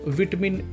vitamin